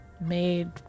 made